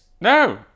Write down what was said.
No